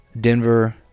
Denver